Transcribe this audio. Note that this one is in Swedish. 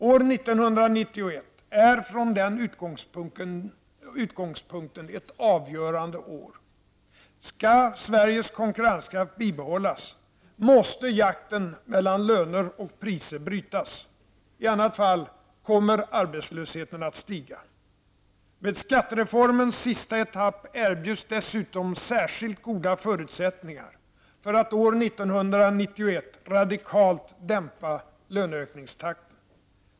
År 1991 är från den utgångspunkten ett avgörande år. Skall Sveriges konkurrenskraft bibehållas, måste jakten mellan löner och priser brytas. I annat fall kommer arbetslösheten att stiga. Med skattereformens sista etapp erbjuds dessutom särskilt goda förutsättningar för att år 1991 radikalt dämpa löneökningstakten.